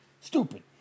Stupid